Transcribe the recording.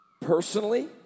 personally